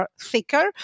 thicker